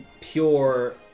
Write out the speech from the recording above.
pure